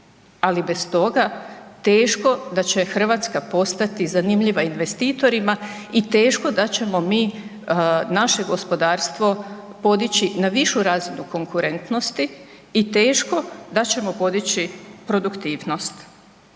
ali bez toga teško da će RH postati zanimljiva investitorima i teško da ćemo mi naše gospodarstvo podići na višu razinu konkurentnosti i teško da ćemo podići produktivnost.